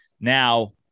Now